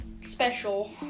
special